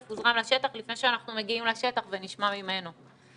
הוזרם לשטח לפני שאנחנו מגיעים לשטח ונשמע ממנו.